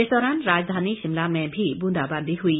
इस दौरान राजधानी शिमला में भी बूंदाबांदी हुई